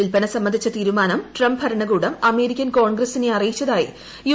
വിൽപ്പന സംബന്ധിച്ച തീരുമാനം ട്രംപ് ഭരണകൂടം അമേരിക്കൻ കോൺഗ്രസിനെ അറിയിച്ചതിനായി യു